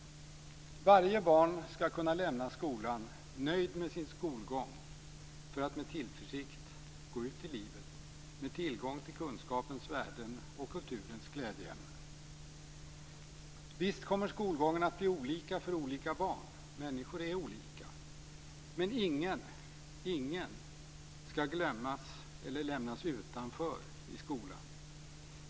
Varje barn skall kunna lämna skolan nöjd med sin skolgång för att med tillförsikt gå ut i livet med tillgång till kunskapens värden och kulturens glädjeämnen. Visst kommer skolgången att bli olika för olika barn. Människor är olika. Men ingen - ingen - skall glömmas eller lämnas utanför i skolan.